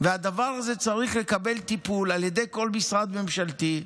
והדבר הזה צריך לקבל טיפול על ידי כל משרד ממשלתי.